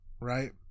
right